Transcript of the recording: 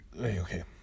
okay